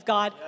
God